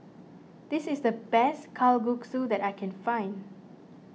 this is the best Kalguksu that I can find